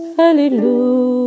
hallelujah